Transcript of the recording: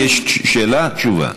יש שאלה, תשובה.